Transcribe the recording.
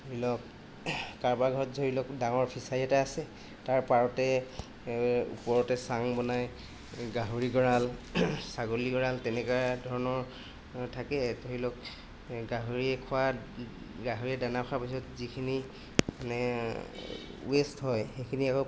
ধৰি লওক কাৰোবাৰ ঘৰত ধৰি লওক ডাঙৰ ফিচাৰী এটা আছে তাৰ পাৰতে ওপৰতে চাং বনাই গাহৰি গঁড়াল ছাগলী গঁড়াল তেনেকুৱা ধৰণৰ থাকে ধৰি লওক গাহৰিয়ে খোৱা গাহৰিয়ে দানা খোৱাৰ পিছত যিখিনি মানে ৱেষ্ট হয় সেইখিনি আকৌ